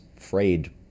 frayed